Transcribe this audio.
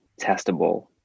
testable